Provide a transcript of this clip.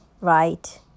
right